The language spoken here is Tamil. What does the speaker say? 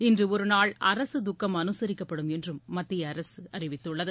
இன்று ஒருநாள் அரசு துக்கம் அனுசரிக்கப்படும் என்று மத்திய அரசு அறிவித்துள்ளது